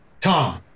Tom